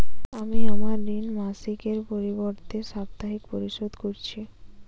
আমি আমার ঋণ মাসিকের পরিবর্তে সাপ্তাহিক পরিশোধ করছি